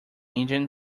engine